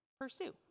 pursue